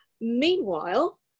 Meanwhile